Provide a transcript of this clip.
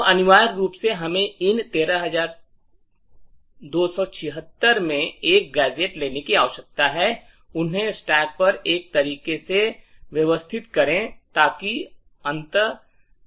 तो अनिवार्य रूप से हमें इन 13276 से एक गैजेट लेने की आवश्यकता है उन्हें स्टैक पर एक तरीके से व्यवस्थित करें ताकि अंत 10